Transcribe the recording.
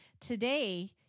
Today